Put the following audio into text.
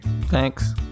Thanks